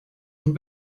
und